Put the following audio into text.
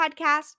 podcast